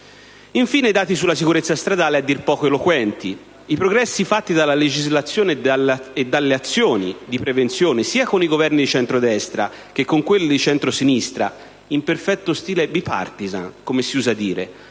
Infine, i dati sulla sicurezza stradale, a dir poco eloquenti. I progressi fatti dalla legislazione e dalle azioni di prevenzione, sia con i Governi di centrodestra che con quelli di centrosinistra, in perfetto stile *bipartisan* (come si usa dire),